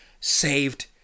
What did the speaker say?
saved